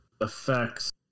affects